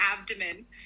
abdomen